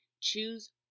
Choose